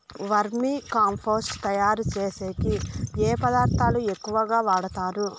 వర్మి compost తయారుచేసేకి ఏ పదార్థాలు ఎక్కువగా వాడుతారు